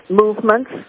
movements